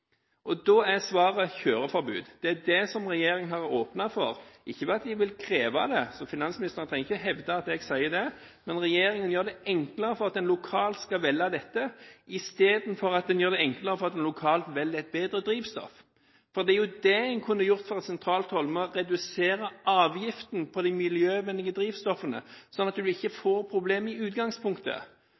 Svaret er kjøreforbud. Det er det regjeringen har åpnet for. De vil ikke kreve det, så finansministeren trenger ikke hevde at jeg sier det. Men regjeringen gjør det enklere lokalt å velge dette istedenfor at en gjør det enklere å velge et bedre drivstoff. Det er jo det en kunne gjort fra sentralt hold: å redusere avgiften på de miljøvennlige drivstoffene sånn at vi ikke hadde fått problemet i utgangspunktet.